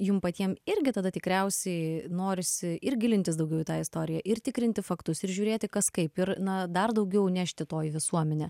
ir jums patiem irgi tada tikriausiai norisi ir gilintis daugiau į tą istoriją ir tikrinti faktus ir žiūrėti kas kaip ir na dar daugiau nešti to į visuomenę